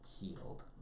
healed